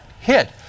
hit